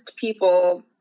people